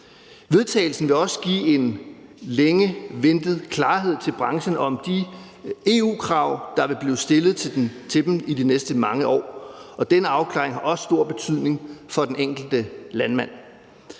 Vedtagelsen vil også give en længe ventet klarhed til branchen om de EU-krav, der vil blive stillet til den i de næste mange år, og den afklaring har også stor betydning for den enkelte landmand.